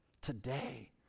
today